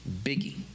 Biggie